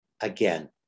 again